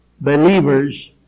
believers